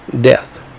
death